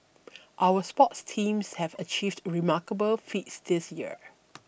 our sports teams have achieved remarkable feats this year